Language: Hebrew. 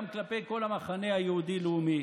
גם כלפי כל המחנה היהודי לאומי: